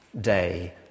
day